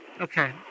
Okay